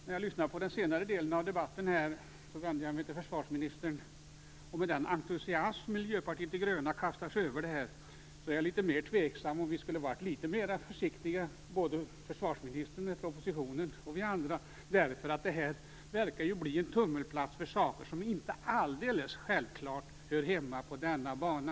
När jag lyssnar på den senare delen av debatten - jag vänder mig nu till försvarsministern - och hör med vilken entusiasm Miljöpartiet de gröna kastar sig över det här blir jag litet mer tveksam. Kanske skulle vi ha varit litet mer försiktiga, både försvarsministern med propositionen och vi andra, eftersom det här verkar bli en tummelplats för saker som inte alldeles självklart hör hemma på denna bana.